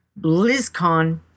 BlizzCon